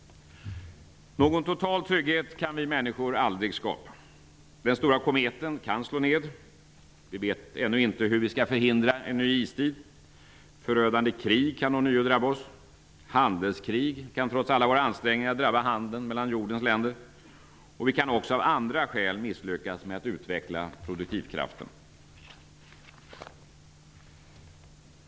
Någon total trygghet kan vi människor aldrig skapa. Den stora kometen kan slå ned. Vi vet ännu inte hur vi skall förhindra en ny istid. Förödande krig kan ånyo drabba oss. Handelskrig kan trots alla våra ansträngningar drabba handeln mellan jordens länder. Vi kan också av andra skäl misslyckas med att utveckla produktivkrafterna.